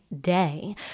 day